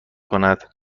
کند